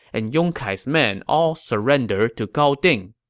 and yong kai's men all surrendered to gao ding